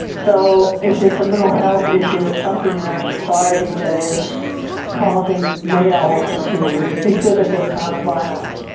so if it's a mental health issue it something in our society that is causing males to exhibit this kind of violence.